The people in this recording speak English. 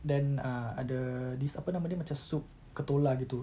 then err ada this apa nama dia macam soup petola gitu